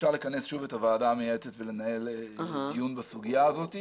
אפשר לכנס שוב את הוועדה המייעצת ולנהל דיון בסוגיה הזאת.